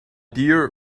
dear